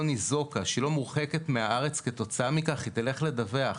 ניזוקה והיא לא מורחקת מהארץ כתוצאה מכך היא תלך לדווח,